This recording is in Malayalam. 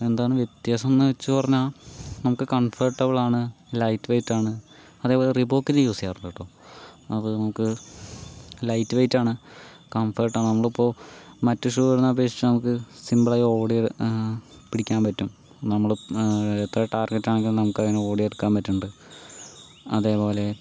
എന്താണ് വ്യത്യാസം എന്ന് വച്ച് പറഞ്ഞാൽ നമുക്ക് കംഫോർട്ടബിൾ ആണ് ലൈറ്റ് വെയ്റ്റാണ് അതേപോലെ റീബോക്കിൻ്റെ യൂസ് ചെയ്യാറുണ്ടുട്ടോ അത് നമുക്ക് ലൈറ്റ് വെയ്റ്റാണ് കംഫോർട്ടാണ് നമ്മളിപ്പോൾ മറ്റ് ഷൂവിനെ അപേക്ഷിച്ച് നമുക്ക് സിമ്പിൾ ആയി ഓടി പിടിയ്ക്കാൻ പറ്റും നമ്മള് എത്ര ടാർഗെറ്റാണെങ്കിലും നമുക്കതിനെ ഓടി എടുക്കാൻ പറ്റുന്നുണ്ട് അതേപോലെ